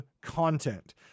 content